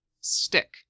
Stick